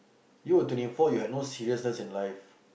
you were twenty four you had no seriousness in life